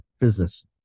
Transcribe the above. business